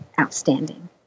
outstanding